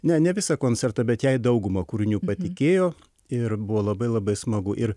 ne ne visą koncertą bet jei daugumą kūrinių patikėjo ir buvo labai labai smagu ir